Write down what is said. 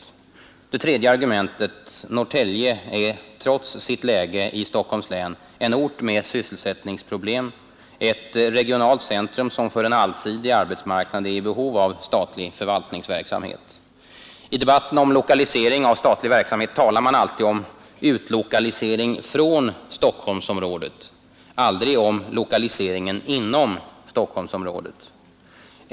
För det tredje är Norrtälje trots sitt läge i Stockholms län en ort med sysselsättningsproblem, ett regionalt centrum som för en allsidig arbetsmarknad är i behov av statlig förvaltningsverksamhet I debatten om lokalisering av statlig verksamhet talar man alltid om utlokalisering från Stockholmsområdet aldrig om lokaliseringen inom Stockholmsområdet.